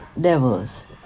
devils